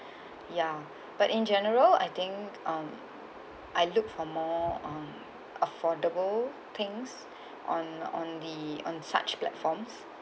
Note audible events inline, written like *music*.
*breath* ya but in general I think um I look for more um affordable things *breath* on on the on such platforms